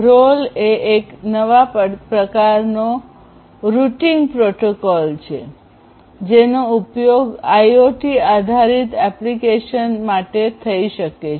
ROLL એ એક નવા પ્રકારનો રૂટીંગ પ્રોટોકોલ છે જેનો ઉપયોગ આઈઓટી આધારિત એપ્લિકેશનો માટે થઈ શકે છે